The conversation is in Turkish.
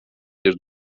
bir